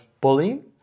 bullying